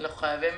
שאנחנו חייבים